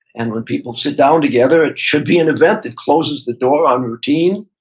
and when people sit down together it should be an event that closes the door on routine,